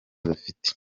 bafite